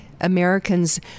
Americans